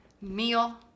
meal